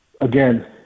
Again